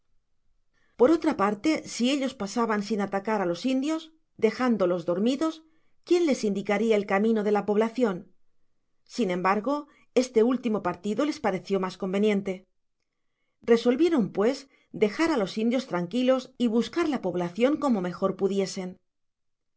por otra parte si ellos pasaban sin atacar á los indios dejándolos dormidos quién les indicaria el cami bo de la poblacion sin embargo este último partido le pareció mas conveniente resolvieron pues dejar á los indios tranquilos y buscar la poblacion como mejor pudiesen